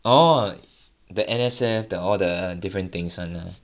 orh the N_S_F the all the different things [one] ah